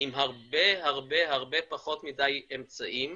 עם הרבה הרבה הרבה פחות מדי אמצעים.